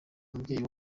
umubyeyi